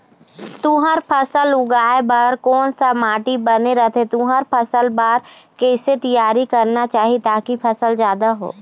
तुंहर फसल उगाए बार कोन सा माटी बने रथे तुंहर फसल बार कैसे तियारी करना चाही ताकि फसल जादा हो?